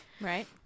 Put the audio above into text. Right